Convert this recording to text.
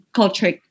culture